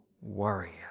warrior